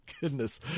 Goodness